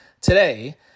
today